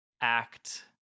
act